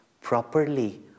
properly